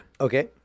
Okay